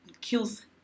kills